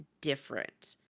different